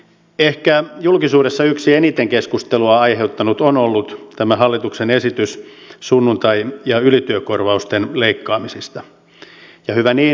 ehkä julkisuudessa yksi eniten keskustelua aiheuttanut on ollut hallituksen esitys sunnuntai ja ylityökorvausten leikkaamisista ja hyvä niin